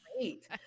great